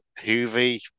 Hoovy